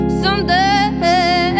someday